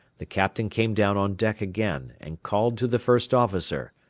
the captain came down on deck again, and called to the first officer.